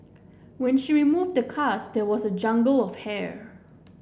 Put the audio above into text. when she removed the cast there was a jungle of hair